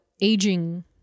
aging